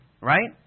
right